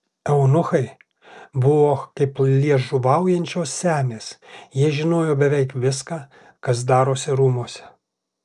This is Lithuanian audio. eunuchai buvo kaip liežuvaujančios senės jie žinojo beveik viską kas darosi rūmuose